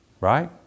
Right